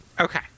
okay